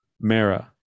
Mara